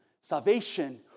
Salvation